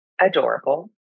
adorable